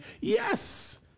Yes